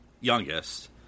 youngest